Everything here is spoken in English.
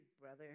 brother